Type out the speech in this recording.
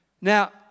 now